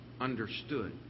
understood